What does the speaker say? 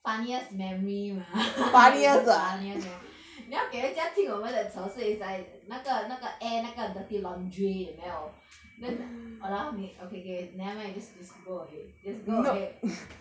funniest memory mah don't have anything funny [one] meh 你要给人家听我们的条追 is like 那个那个 air 那个 dirty laundry 有没有 then !walao! 你 okay okay never mind just just go ahead just go ahead